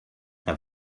have